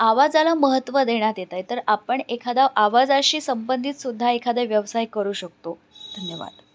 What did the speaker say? आवाजाला महत्त्व देण्यात येत आहे तर आपण एखादा आवाजाशी संबंधितसुद्धा एखाद्या व्यवसाय करू शकतो धन्यवाद